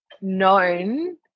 known